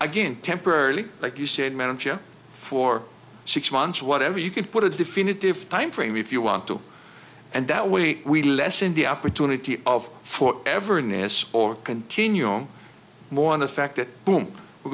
again temporarily like you said manager for six months whatever you could put a definitive time frame if you want to and that we lessen the opportunity of for ever in this or continuing more on the fact that boom we're